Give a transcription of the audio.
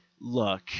look